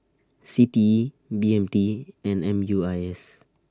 C T E B M T and M U I S